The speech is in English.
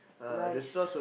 nice